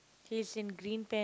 he is in green pant